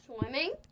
Swimming